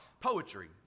poetry